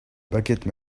baguette